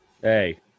Hey